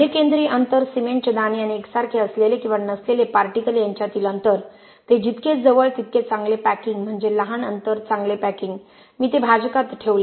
मध्यकेंद्रीय अंतर सिमेंटचे दाणे आणि एकसारखे असलेले किंवा नसलेले पार्टिकल यांच्यातील अंतर ते जितके जवळ तितके चांगले पॅकिंग म्हणजे लहान अंतर चांगले पॅकिंग मी ते भाजकात ठेवले